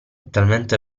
talmente